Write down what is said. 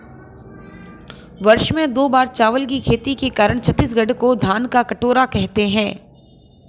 वर्ष में दो बार चावल की खेती के कारण छत्तीसगढ़ को धान का कटोरा कहते हैं